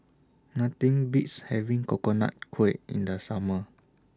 Nothing Beats having Coconut Kuih in The Summer